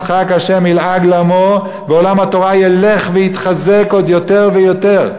ישחק השם ילעג למו ועולם התורה ילך ויתחזק עוד יותר ויותר.